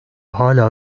hâlâ